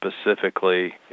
specifically